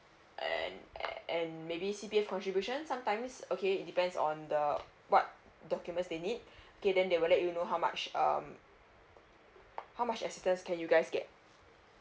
and and and maybe C_P_F contribution sometimes okay it depends on the what documents they need K then they will let you know how much um how much assistance can you guys get